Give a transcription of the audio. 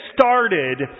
started